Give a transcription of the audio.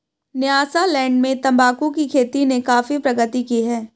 Nyasaland में तंबाकू की खेती ने काफी प्रगति की है